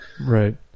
right